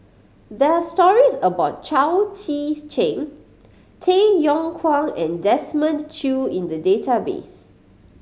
there are stories about Chao Tzee Cheng Tay Yong Kwang and Desmond Choo in the database